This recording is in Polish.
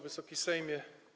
Wysoki Sejmie!